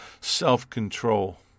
self-control